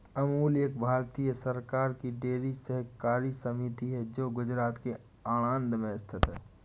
अमूल एक भारतीय सरकार की डेयरी सहकारी समिति है जो गुजरात के आणंद में स्थित है